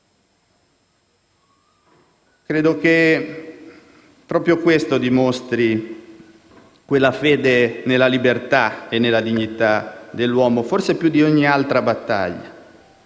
Credo che proprio questo dimostri quella fede nella libertà e nella dignità dell'uomo, forse più di ogni altra battaglia.